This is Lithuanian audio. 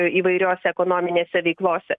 įvairiose ekonominėse veiklose